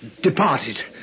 departed